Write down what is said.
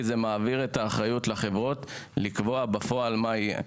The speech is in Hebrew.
כי זה מעביר אל החברות את האחריות לקבוע בפועל מה יהיה.